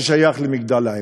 ששייך למגדל-העמק.